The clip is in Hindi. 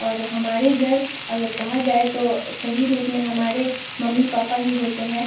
और हमारे जड़ अगर कहा जाए तो सही रूप में हमारे मम्मी पापा ही होते हैं